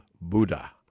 Buddha